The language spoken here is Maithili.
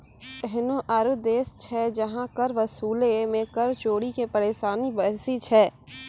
एहनो आरु देश छै जहां कर वसूलै मे कर चोरी के परेशानी बेसी छै